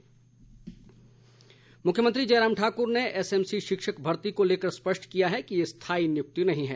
मुख्यमत्री मुख्यमंत्री जयराम ठाकुर ने एसएमसी शिक्षक भर्ती को लेकर स्पष्ट किया है कि ये स्थाई नियुक्ति नहीं है